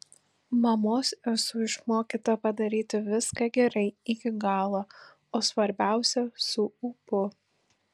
mamos esu išmokyta padaryti viską gerai iki galo o svarbiausia su ūpu